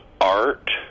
art